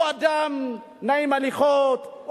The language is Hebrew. הוא אדם נעים הליכות,